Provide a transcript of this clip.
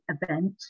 event